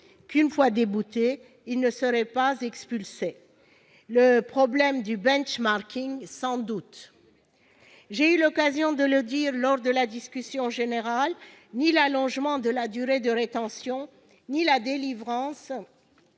que, une fois déboutés, ils ne seront pas expulsés. Le syndrome du, sans doute ... J'ai eu l'occasion de le souligner lors de la discussion générale : ni l'allongement de la durée de rétention ni la délivrance